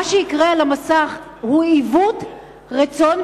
מה שיקרה על המסך הוא עיוות רצון,